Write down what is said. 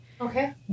Okay